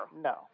No